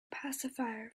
pacifier